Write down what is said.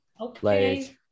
Okay